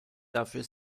dafür